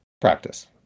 practice